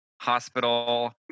hospital